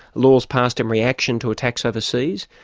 laws passed in reaction to attacks overseas,